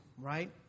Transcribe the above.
Right